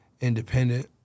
independent